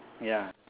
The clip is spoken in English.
ya